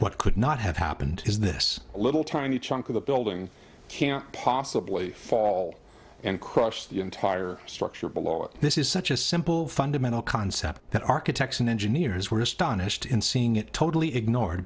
what could not have happened is this little tiny chunk of the building can't possibly fall and crush the entire structure below it this is such a simple fundamental concept that architects and engineers were astonished in seeing it totally ignored